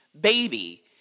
baby